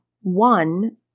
One